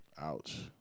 Ouch